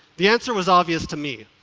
the answer was obvious to me,